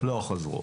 לא חזרו.